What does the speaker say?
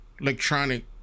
electronic